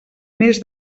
més